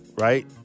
Right